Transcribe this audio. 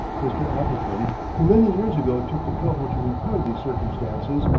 mr. appleton, who many years ago took the trouble to record these circumstances,